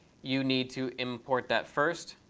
you need to import that first.